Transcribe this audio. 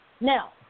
Now